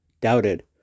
doubted